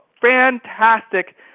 Fantastic